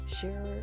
share